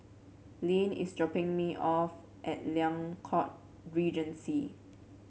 Leann is dropping me off at Liang Court Regency